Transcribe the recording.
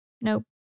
Nope